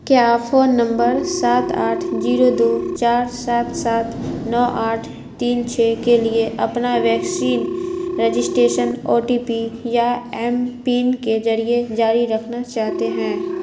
کیا آپ phone number سات آٹھ زیرو دو چار سات سات نو آٹھ تین چھ کے لیے اپنا vaccine registration O T P یا ایم پن کے ذریعے جاری رکھنا چاہتے ہیں